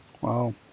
wow